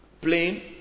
plain